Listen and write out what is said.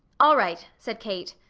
all right, said kate.